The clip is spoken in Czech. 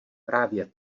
právě